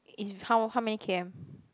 it's how how many k_m